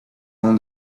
own